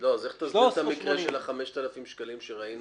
13.80. אז איך תסביר את המקרה של 5,000 שקלים שראינו?